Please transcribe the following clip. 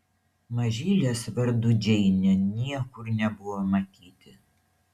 mažylės vardu džeinė niekur nebuvo matyti